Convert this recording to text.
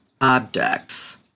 objects